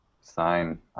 sign